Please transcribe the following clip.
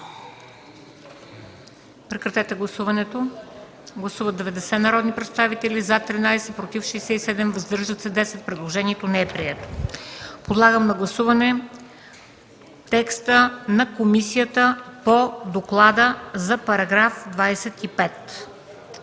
комисията част. Гласували 90 народни представители: за 13, против 67, въздържали се 10. Предложението не е прието. Подлагам на гласуване текста на комисията по доклада за § 25,